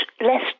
less